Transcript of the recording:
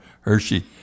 Hershey